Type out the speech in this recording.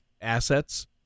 assets